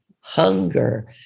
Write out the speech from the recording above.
hunger